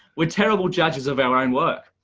we're terrible judges of ur own work.